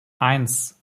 eins